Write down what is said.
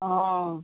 অঁ